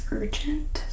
urgent